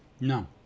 No